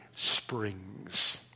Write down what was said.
springs